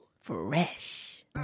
Fresh